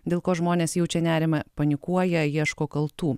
dėl ko žmonės jaučia nerimą panikuoja ieško kaltų